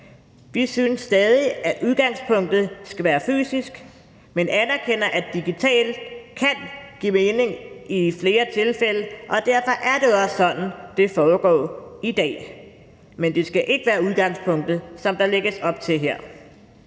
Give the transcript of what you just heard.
Vi synes stadig, at udgangspunktet skal være fysisk, men vi anerkender, at digitalt kan give mening i flere tilfælde, og derfor er det også sådan, det foregår i dag. Men det skal ikke være udgangspunktet, hvilket der lægges op til her.